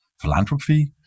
philanthropy